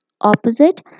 opposite